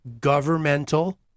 governmental